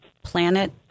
Planet